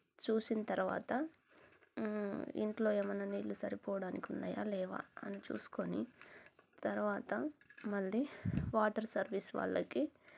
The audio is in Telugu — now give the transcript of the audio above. చూసిన తర్వాత ఇంట్లో ఏమన్నా నీళ్ళు సరిపోవడానికి ఉన్నాయా లేవా అని చూసుకోని తర్వాత మళ్ళీ వాటర్ సర్వీస్ వాళ్ళకి